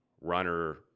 runner